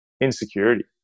Insecurity